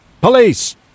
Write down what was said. Police